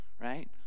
right